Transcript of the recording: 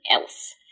else